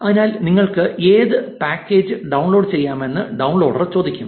അതിനാൽ നിങ്ങൾക്ക് ഏത് പാക്കേജ് ഡൌൺലോഡ് ചെയ്യണമെന്ന് ഡൌൺലോഡർ ചോദിക്കും